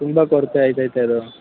ತುಂಬಾ ಕೊರತೆ ಆಗ್ತೈತೆ ಅದು